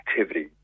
activity